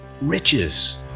riches